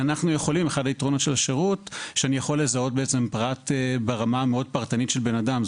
אחד היתרונות של השירות שאני יכול לזהות ברמה מאוד פרטנית של בן אדם,